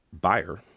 buyer